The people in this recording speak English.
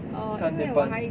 三点半